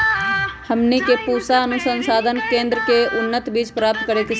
हमनी के पूसा अनुसंधान केंद्र से उन्नत बीज प्राप्त कर सकैछे?